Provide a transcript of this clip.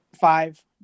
Five